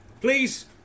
please